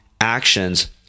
Actions